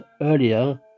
earlier